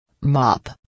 Mop